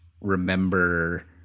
remember